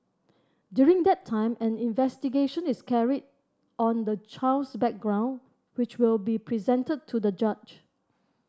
during that time an investigation is carried on the child's background which will be presented to the judge